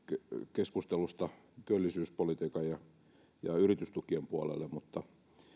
keskustelusta työllisyyspolitiikan ja yritystukien puolelle mutta